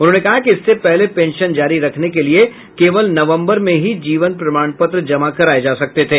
उन्होंने कहा कि इससे पहले पेंशन जारी रखने के लिए केवल नवंबर में ही जीवन प्रमाण पत्र जमा कराए जा सकते थे